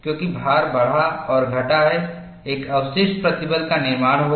क्योंकि भार बढ़ा और घटा है एक अवशिष्ट प्रतिबल का निर्माण होगा